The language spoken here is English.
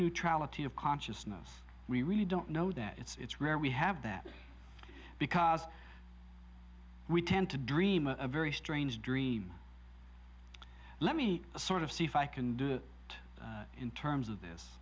neutrality of consciousness we really don't know that it's where we have that because we tend to dream a very strange dream let me sort of see if i can do it in terms of this